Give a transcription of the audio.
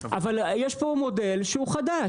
אבל יש פה מודל שהוא חדש,